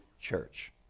church